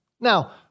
Now